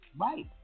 Right